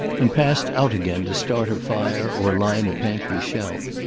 and passed out again, to start a fire or line a pantry shelf.